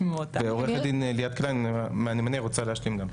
עורכת דין ליאת קליין רוצה גם להשלים.